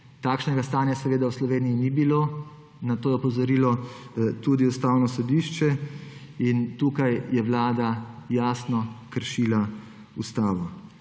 Takšnega stanja seveda v Sloveniji ni bilo. Na to je opozorilo tudi Ustavno sodišče in tukaj je Vlada jasno kršila ustavo.